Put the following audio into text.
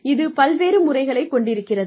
இது பல்வேறு முறைகளைக் கொண்டிருக்கிறது